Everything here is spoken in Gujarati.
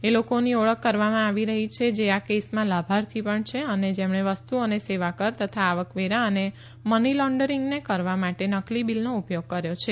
જે લોકોની ઓળખ કરવામાં આવી રહી છે જે આ કેસમાં લાભાર્થી પણ છે અને જેમણે વસ્તુ અને સેવા કર તથા આવકવેરા અને મની લોન્ડરિંગને કરવા માટે નકલી બિલનો ઉપયોગ કર્યો છે